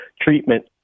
treatment